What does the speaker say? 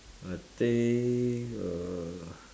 I think uh